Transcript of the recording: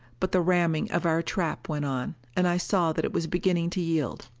but the ramming of our trap went on, and i saw that it was beginning to yield.